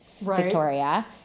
Victoria